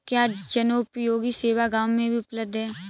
क्या जनोपयोगी सेवा गाँव में भी उपलब्ध है?